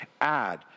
add